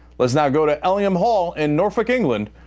let's now go to ellingham hall in norfolk, england,